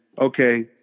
okay